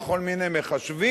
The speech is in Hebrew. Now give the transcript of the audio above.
בכל מיני מחשבים,